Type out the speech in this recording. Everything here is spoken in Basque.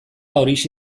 horixe